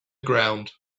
ground